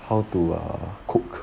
how to err cook